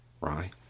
right